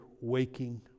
waking